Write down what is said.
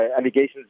allegations